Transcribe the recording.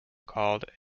called